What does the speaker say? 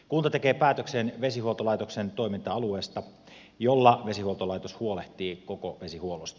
kunta tekee päätöksen vesihuoltolaitoksen toiminta alueesta jolla vesihuoltolaitos huolehtii koko vesihuollosta